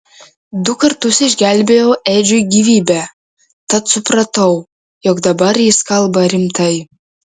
du kartus išgelbėjau edžiui gyvybę tad supratau jog dabar jis kalba rimtai